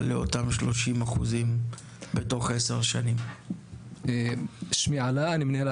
אלה לא רק חסמים בירוקרטיים, אלא גם חסמים פיזיים.